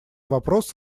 вопрос